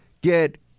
get